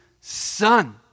Son